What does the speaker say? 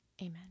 Amen